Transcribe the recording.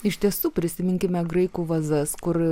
iš tiesų prisiminkime graikų vazas kur